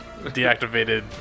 deactivated